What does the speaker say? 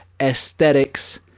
aesthetics